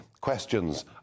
questions